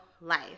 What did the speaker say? life